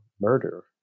murder